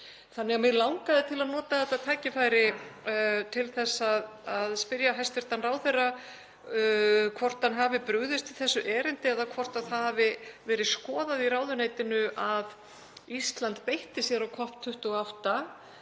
sjónum. Mig langar til að nota þetta tækifæri til að spyrja hæstv. ráðherra hvort hann hafi brugðist við þessu erindi eða hvort það hafi verið skoðað í ráðuneytinu að Ísland beiti sér á COP28